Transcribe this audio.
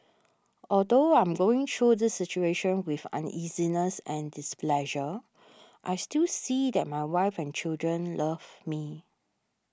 although I'm going through this situation with uneasiness and displeasure I still see that my wife and children love me